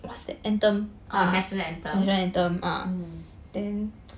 ah national anthem